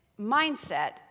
mindset